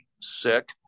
sick